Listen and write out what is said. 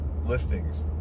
listings